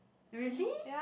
really